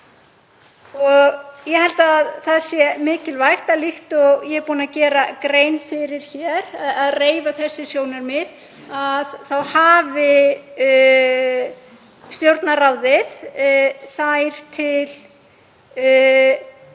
Ég held að það sé mikilvægt, líkt og ég er búin að gera grein fyrir hér, að reifa þessi sjónarmið, þá hafi Stjórnarráðið þær til